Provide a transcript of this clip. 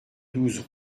douze